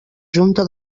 junta